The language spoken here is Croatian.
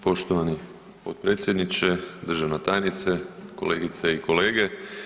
Poštovani, potpredsjedniče, državna tajnice, kolegice i kolege.